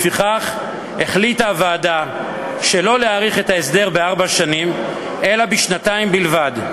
לפיכך החליטה הוועדה שלא להאריך את ההסדר בארבע שנים אלא בשנתיים בלבד,